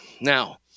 Now